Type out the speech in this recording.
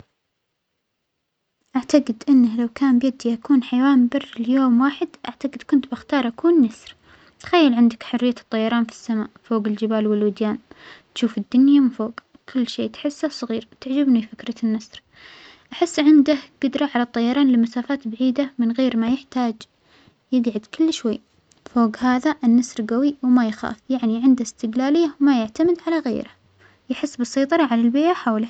أعتجد أنه لو كان بدى أكون حيوان برى ليوم واحد أعتجد كنت بختار أكون نسر، تخيل عندك حرية الطيران في السماء فوج الجبال والوديان تشوف الدنيا من فوج كل شيء تحسه صغير، تعجبني فكرة النسر، أحس عنده جدرة على الطيران لمسافات بعيدة من غير ما يحتاج يجعد كل شوى، فوج هذا النسر جوى وما يخاف يعنى عنده استجلالية وما يعتمد على غيره يحس بالسيطرة على البيئة حوله.